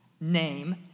name